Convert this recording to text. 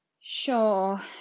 sure